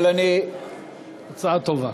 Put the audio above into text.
הצעה טובה.